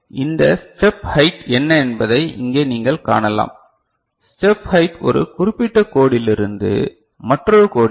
இந்த step height என்ன என்பதை இங்கே நீங்கள் காணலாம் ஸ்டெப் ஹைட் ஒரு குறிப்பிட்ட கோடிளிருந்து மற்றொரு கோடிற்கு